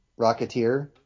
Rocketeer